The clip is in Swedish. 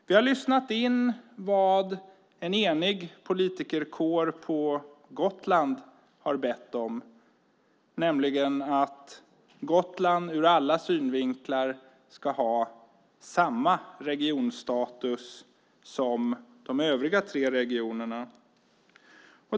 Vi har lyssnat på vad en enig politikerkår på Gotland har bett om, nämligen att Gotland ur alla synvinklar ska ha samma regionstatus som de övriga tre regionerna.